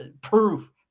proof